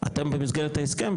אתם במסגרת ההסכם,